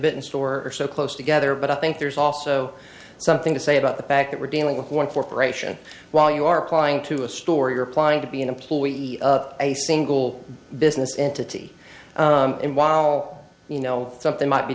in store are so close together but i think there's also something to say about the fact that we're dealing with one for peroration while you are applying to a store you're applying to be an employee of a single business entity in while you know something might be